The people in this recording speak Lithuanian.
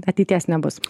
ateities nebus